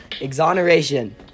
exoneration